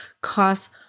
cost